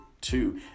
two